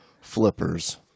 flippers